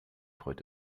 freut